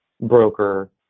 broker